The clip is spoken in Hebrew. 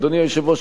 אדוני היושב-ראש,